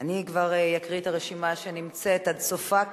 אני כבר אקריא את הרשימה עד סופה,